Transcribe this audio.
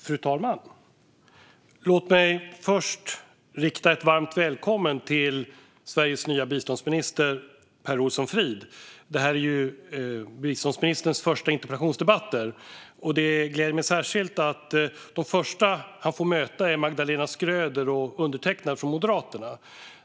Fru talman! Låt mig först hälsa Sveriges nya biståndsminister Per Olsson Fridh varmt välkommen! Detta är biståndsministerns första interpellationsdebatt, och det gläder mig särskilt att de första han får möta är Magdalena Schröder och undertecknad från Moderaterna.